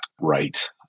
right